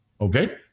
okay